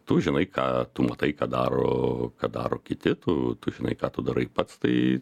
tu žinai ką tu matai ką daro ką daro kiti tu tu žinai ką tu darai pats tai